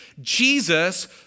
Jesus